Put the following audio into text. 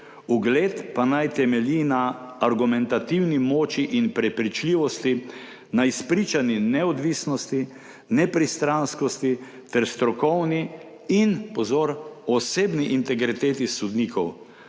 ugled pa naj temelji na argumentativni moči in prepričljivosti, na izpričani neodvisnosti, nepristranskosti ter strokovni in,« pozor, »osebni integriteti sodnikov,